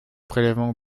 prélèvements